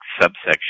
subsection